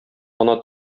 ана